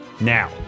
now